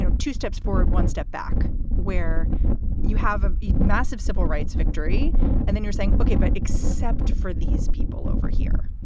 and two steps forward, one step back where you have ah a massive civil rights victory and then you're saying, okay, but except for these people over here,